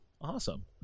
Awesome